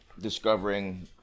discovering